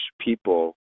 people